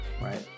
Right